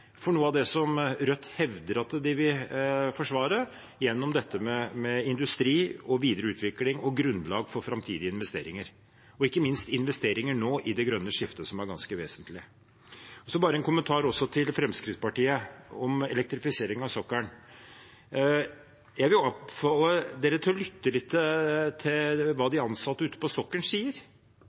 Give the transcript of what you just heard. for noe av det Rødt hevder at de vil forsvare gjennom dette med industri, videre utvikling og grunnlag for framtidige investeringer – ikke minst investeringer nå i det grønne skiftet, som er ganske vesentlig. Så bare en kommentar også til Fremskrittspartiet om elektrifisering av sokkelen: Jeg vil oppfordre dem til å lytte litt til hva de ansatte ute på sokkelen sier.